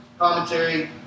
commentary